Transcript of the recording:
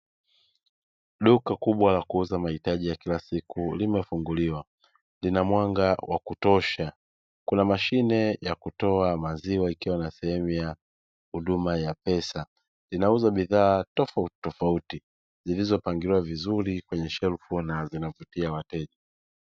Duka kubwa la kuuza mahitaji ya kila siku limefunguliwa lina mwanga wa kutosha, kuna mashine ya kutoa maziwa ikiwa ina sehemu ya huduma ya pesa, inauza bidhaa tofautitofauti zilizopangiliwa vizuri kwenye shelfu na zinavutia wateja.